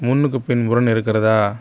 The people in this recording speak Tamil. முன்னுக்கு பின்புறம்னு இருக்கிறதா